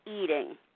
eating